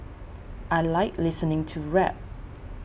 I like listening to rap